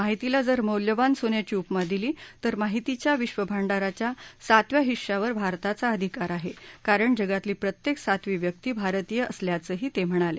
माहितीला जर मौल्यवान सोन्याची उपमा दिली तर माहितीच्या विश्वभांडाराच्या सातव्या हिश्श्यावर भारताचा अधिकार आहे कारण जगातली प्रत्येक सातवी व्यक्ती भारतीय असल्याचंही ते म्हणाले